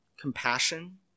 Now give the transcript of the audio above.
compassion